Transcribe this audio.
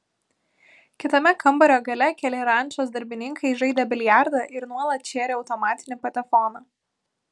kitame kambario gale keli rančos darbininkai žaidė biliardą ir nuolat šėrė automatinį patefoną